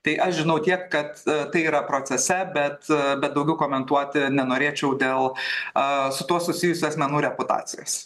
tai aš žinau tiek kad a tai yra procese bet a bet daugiau komentuoti nenorėčiau dėl a su tuo susijusių asmenų reputacijos